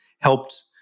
helped